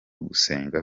gusenga